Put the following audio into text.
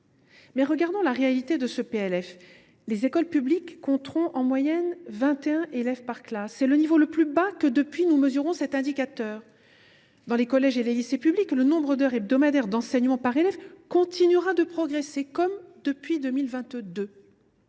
Mais regardons la réalité de ce PLF. Les écoles publiques compteront en moyenne vingt et un élèves par classe, soit le niveau le plus bas depuis que nous mesurons cet indicateur. Dans les collèges et les lycées publics, le nombre d’heures hebdomadaires d’enseignement par élève continuera de progresser, comme depuis 2022.